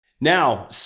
Now